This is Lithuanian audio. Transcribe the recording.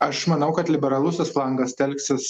aš manau kad liberalusis flangas telksis